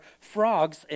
frogs